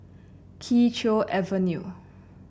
Kee Choe Avenue